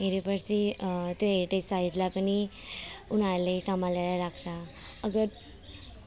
हेऱ्योपछि त्यो हेरिटेज साइटलाई पनि उनीहरूले सम्हालेर राख्छ अगर